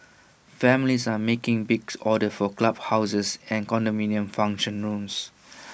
families are making big orders for club houses and condominium function rooms